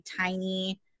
tiny